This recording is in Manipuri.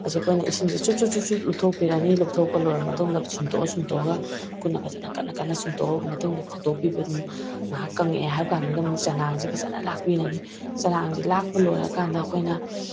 ꯃꯁꯤ ꯑꯩꯈꯣꯏꯅ ꯏꯁꯤꯡꯗ ꯆꯨꯞ ꯆꯨꯞ ꯆꯨꯞ ꯆꯨꯞ ꯂꯨꯞꯊꯣꯛꯄꯤꯔꯅꯤ ꯂꯨꯞꯊꯣꯛꯄ ꯂꯣꯏꯔ ꯃꯇꯨꯡꯗ ꯁꯨꯝꯇꯣꯛꯑ ꯁꯨꯝꯇꯣꯛꯑ ꯈꯨꯠꯅ ꯐꯖꯅ ꯀꯟꯅ ꯀꯟꯅ ꯁꯨꯝꯇꯣꯛꯑꯕ ꯃꯇꯨꯡꯗ ꯐꯧꯗꯣꯛꯄꯤꯕ ꯑꯗꯨꯝ ꯉꯥꯏꯍꯥꯛ ꯀꯪꯉꯛꯑꯦ ꯍꯥꯏꯕ ꯀꯥꯟꯗꯨꯗ ꯑꯃꯨꯛ ꯆꯅꯥꯡꯁꯦ ꯐꯖꯅ ꯂꯥꯛꯄꯤꯔꯅꯤ ꯆꯅꯥꯡꯁꯦ ꯂꯥꯛꯄ ꯂꯣꯏꯔꯀꯥꯟꯗ ꯑꯩꯈꯣꯏꯅ